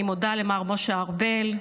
אני מודה למר משה ארבל,